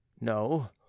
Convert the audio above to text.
no